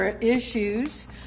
issues